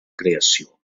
creació